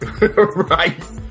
Right